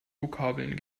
vokabeln